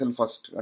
first